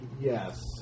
Yes